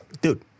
Dude